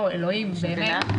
אלוהים, באמת.